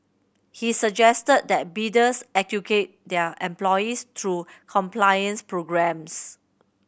he suggested that bidders educate their employees through compliance programmes